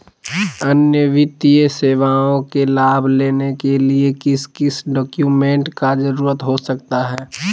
अन्य वित्तीय सेवाओं के लाभ लेने के लिए किस किस डॉक्यूमेंट का जरूरत हो सकता है?